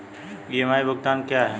EMI भुगतान क्या है?